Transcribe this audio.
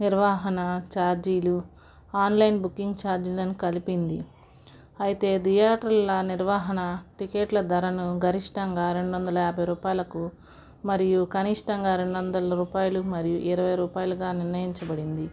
నిర్వహణ చార్జీలు online booking చార్జీలను కలిపింది అయితే థియేటర్ల నిర్వహణ టికెట్ల ధరను గరిష్టంగా రెండు వందల యాబై రూపాయలకు మరియు కనిష్టంగా రెండు వందల రూపాయలు మరియు ఇరవై రూపాయలుగా నిర్ణయించబడింది